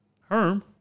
Herm